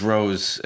Rose